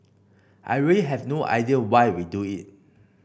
I really have no idea why we do it